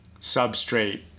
substrate